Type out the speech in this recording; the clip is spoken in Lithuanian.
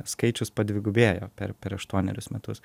skaičius padvigubėjo per per aštuonerius metus